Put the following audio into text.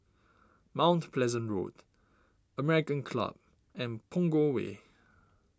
Mount Pleasant Road American Club and Punggol Way